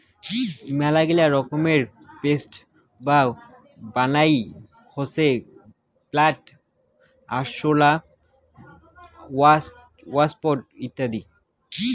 মেলাগিলা রকমের পেস্ট বা বালাই হসে ফ্লাই, আরশোলা, ওয়াস্প ইত্যাদি